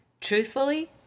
Truthfully